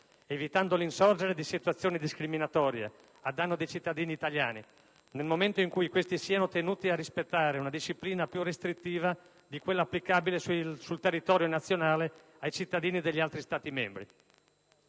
evitando l'insorgere di situazioni discriminatorie ai danni dei cittadini italiani nel momento in cui questi siano tenuti a rispettare una disciplina più restrittiva di quella applicabile sul territorio nazionale ai cittadini degli altri Stati membri.